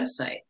website